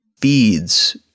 feeds